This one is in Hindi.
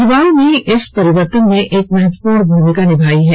युवाओं ने इस परिवर्तन में एक महत्वपूर्ण भूमिका निभाई है